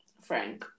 frank